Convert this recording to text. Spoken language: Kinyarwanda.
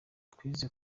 twize